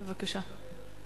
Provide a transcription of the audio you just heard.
בבקשה.